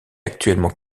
actuellement